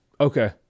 Okay